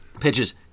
pitches